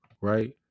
right